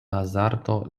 hazardo